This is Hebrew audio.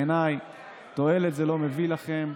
בעיניי תועלת זה לא מביא לכם,